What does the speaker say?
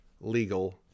legal